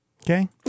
Okay